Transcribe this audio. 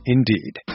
Indeed